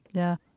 yeah.